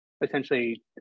essentially